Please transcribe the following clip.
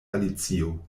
alicio